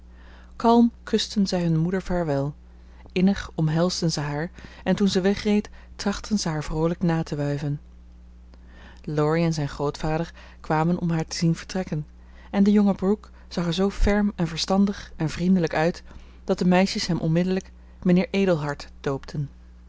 kalm kusten zij hun moeder vaarwel innig omhelsden ze haar en toen ze wegreed trachtten ze haar vroolijk na te wuiven laurie en zijn grootvader kwamen om haar te zien vertrekken en de jonge brooke zag er zoo ferm en verstandig en vriendelijk uit dat de meisjes hem onmiddellijk mijnheer edelhart doopten